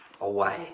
away